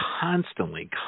constantly